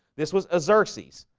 this was a xerces?